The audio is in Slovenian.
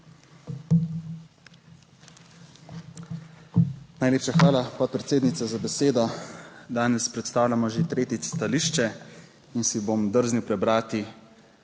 Najlepša hvala, podpredsednica, za besedo. Danes predstavljamo že tretjič stališče in si bom drznil prebrati